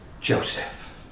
Joseph